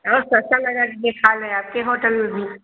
और सस्ता लगा दीजिए खा ले आपके होटल में भी